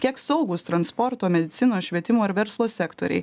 kiek saugūs transporto medicinos švietimo ir verslo sektoriai